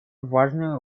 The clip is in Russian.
важную